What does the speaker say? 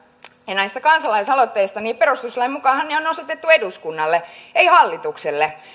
näistä kansalaisaloitteista perustuslain mukaanhan ne on osoitettu eduskunnalle ei hallitukselle